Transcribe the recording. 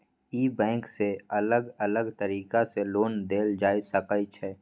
ई bank सँ अलग अलग तरीका सँ लोन देल जाए सकै छै